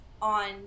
on